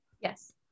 Yes